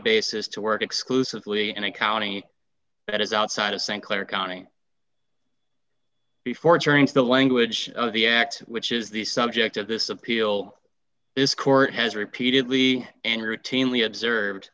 basis to work exclusively and a county that is outside of st clair county before during the language of the act which is the subject of this appeal this court has repeatedly and routinely observed